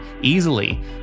easily